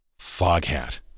Foghat